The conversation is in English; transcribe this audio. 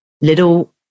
Little